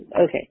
Okay